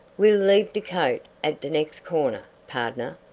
we'll leave de coat at de next corner, pardner.